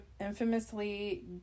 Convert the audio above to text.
infamously